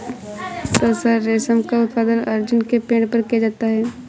तसर रेशम का उत्पादन अर्जुन के पेड़ पर किया जाता है